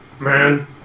man